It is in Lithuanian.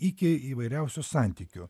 iki įvairiausių santykių